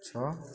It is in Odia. ଛଅ